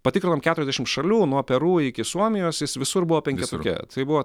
patikrinom keturiasdešim šalių nuo peru iki suomijos jis visur buvo penketuke tai buvo